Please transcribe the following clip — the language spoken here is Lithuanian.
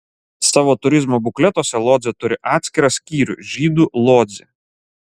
savo turizmo bukletuose lodzė turi atskirą skyrių žydų lodzė